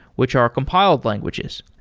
which are compiled languages.